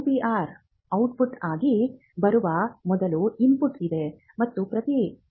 IPR output ಆಗಿ ಬರುವ ಮೊದಲು ಇನ್ಪುಟ್ ಇದೆ ಮತ್ತು ಪ್ರತಿ 8